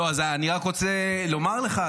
אז אני רק רוצה לומר לך,